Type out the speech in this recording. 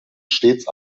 stets